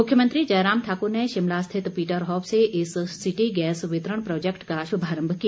मुख्यमंत्री जयराम ठाकुर ने शिमला स्थित पीटर हॉफ से इस सिटी गैस वितरण प्रोजैक्ट का शुभारम्भ किया